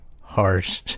harsh